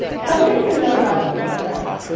some things to note about this program,